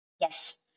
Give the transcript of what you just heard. Yes